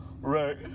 right